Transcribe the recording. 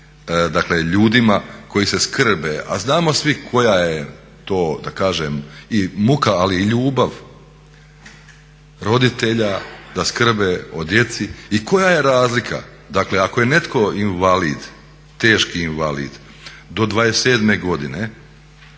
dakle ljudima koji se skrbe, a znamo svi koja je to i muka ali i ljubav roditelja da skrbe o djeci. I koja je razlika? Dakle, ako je netko invalid, teški invalid do 27 godine